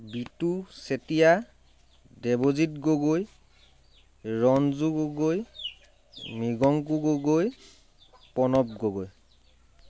Bitu Chetia Debajit Gogoi Ranju Gogoi Mriganku Gogoi Pranab Gogoi